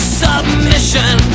submission